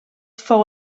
fou